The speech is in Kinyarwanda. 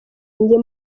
njye